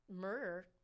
murder